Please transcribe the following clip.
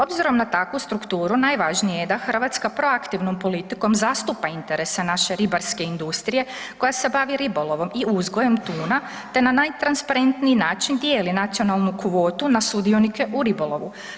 Obzirom na takvu strukturu najvažnije je da Hrvatska proaktivnom politikom zastupa interese naše ribarske industrije koja se bavi ribolovom i uzgojem tuna, te na najtransparentniji način dijeli nacionalnu kvotu na sudionike u ribolovu.